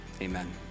Amen